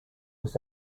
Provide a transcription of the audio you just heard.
was